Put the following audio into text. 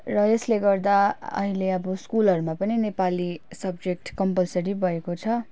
र यसले गर्दा अहिले आब स्कुलहरूमा पनि नेपाली सब्जेक्ट कम्पलसरी भएको छ